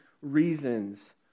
reasons